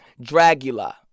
Dragula